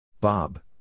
Bob